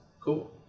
Cool